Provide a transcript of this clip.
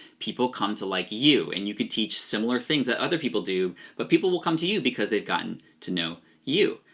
people come to like you and you can teach similar things that other people do, but people will come to you because they've gotten to know you.